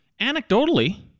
Anecdotally